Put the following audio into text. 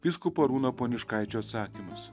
vyskupo arūno poniškaičio atsakymas